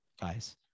guys